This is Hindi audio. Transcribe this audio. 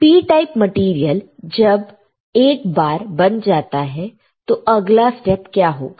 P टाइप मटेरियल जब एक बार बन जाता है तो अगला स्टेप क्या होगा